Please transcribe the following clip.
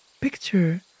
Picture